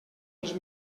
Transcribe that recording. els